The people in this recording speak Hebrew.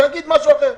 שיגיד משהו אחר.